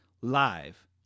live